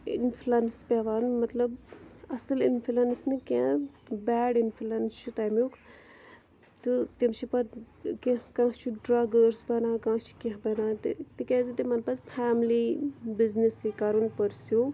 influence پٮ۪وان مطلب اَصٕل اِنفُلنٕس نہٕ کیٚنٛہہ بیڈ اِنفُلنٕس چھُ تَمیُک تہٕ تِم چھِ پَتہٕ کیٚنٛہہ کانٛہہ چھُ ڈرٛگرٲرٕس بَنان کانٛہہ چھُ کیٚنٛہہ بَنان تہٕ تِکیٛازِ تِمَن پَزِ فیملی بِزنِسٕے کَرُن پٔرسِو